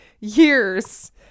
years